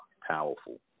powerful